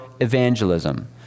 evangelism